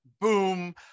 boom